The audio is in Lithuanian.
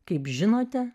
kaip žinote